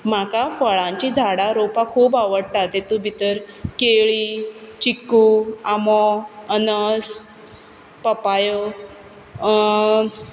म्हाका फळांचीं झाडां रोंवपाक खूब आवडटा तेतूं भितर केळीं चिकू आंबो अनस पोपायो